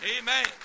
Amen